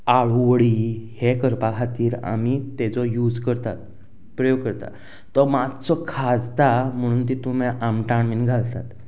आळुवडी हें करपा खातीर तेजो आमी यूज करतात प्रयोग करतात तो मातसो खाजता म्हणून तितूंत मागीर आमटाण बीन घालतात